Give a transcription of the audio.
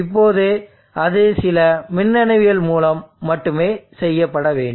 இப்போது அது சில மின்னணுவியல் மூலம் மட்டுமே செய்யப்பட வேண்டும்